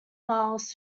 miles